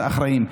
את האחראים.